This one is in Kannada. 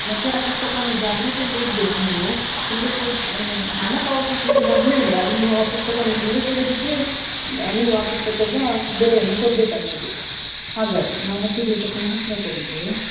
ಮತ್ತೆ ಆ ಪುಸ್ತಕವನ್ನು ಜಾಗ್ರತೆಯಿಂದ ಇಡ್ಬೇಕು ನೀವು ಹಿಂದೆ ಕೊಡು ಹಣ ಪಾವತಿಸಲಿಕ್ಕೆ ಮೊದಲು ಇಲ್ಲ ಅದು ನೀವು ಆ ಪುಸ್ತಕವನ್ನು ಹಿಂದೆ ಕೊಡದಿದ್ದರೆ ನೀವು ಆ ಪುಸ್ತಕದ ಬೆಲೆಯನ್ನ ಕೊಡ್ಬೇಕಾಗ್ತದೆ ಹಾಗಾಗಿ ನಾವು ಹತ್ತು ದಿವಸಕ್ಕೆ ಮಾತ್ರ ಕೊಡುದು